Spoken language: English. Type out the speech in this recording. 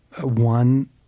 one